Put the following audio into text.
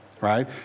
Right